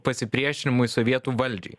pasipriešinimui sovietų valdžiai